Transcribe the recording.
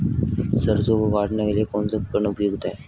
सरसों को काटने के लिये कौन सा उपकरण उपयुक्त है?